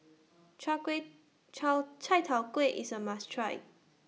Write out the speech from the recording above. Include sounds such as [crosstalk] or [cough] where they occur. [noise] Chai Kway Chai Tow Kway IS A must Try